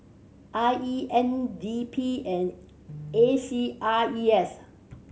I E N D P and A C R E S